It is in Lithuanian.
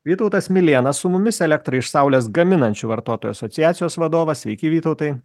vytautas milėnas su mumis elektrą iš saulės gaminančių vartotojų asociacijos vadovas sveiki vytautai